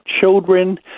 children